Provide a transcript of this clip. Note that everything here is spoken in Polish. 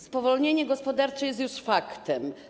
Spowolnienie gospodarcze jest już faktem.